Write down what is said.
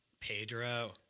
pedro